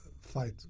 fight